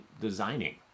designing